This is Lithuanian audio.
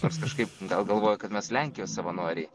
nors kažkaip gal galvojo kad mes lenkijos savanoriai